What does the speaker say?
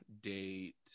date